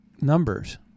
numbers